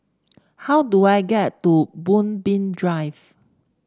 how do I get to Moonbeam Drive